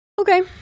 Okay